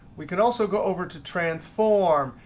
we could also go over to transform,